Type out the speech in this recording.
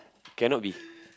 cannot be